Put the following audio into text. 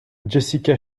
jessica